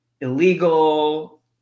illegal